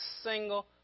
single